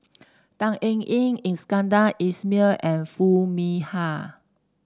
Tan Eng Yoon Iskandar Ismail and Foo Mee Har